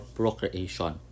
procreation